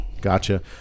Gotcha